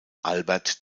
albert